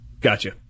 Gotcha